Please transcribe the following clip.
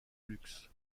luxe